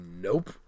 Nope